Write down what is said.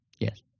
Yes